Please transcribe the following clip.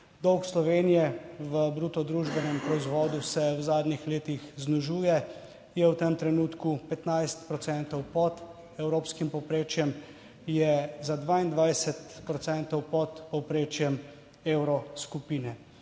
Dolg Slovenije v bruto družbenem proizvodu se v zadnjih letih znižuje, je v tem trenutku 15 procentov pod evropskim povprečjem, je za 22 procentov pod povprečjem Evroskupine.